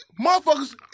Motherfuckers